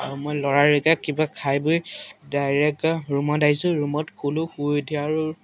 আৰু মই লৰালৰিকে কিবা খাই বৈ ডাইৰেক্ট ৰুমত আহিছোঁ ৰুমত শুলোঁ শুই উঠি আৰু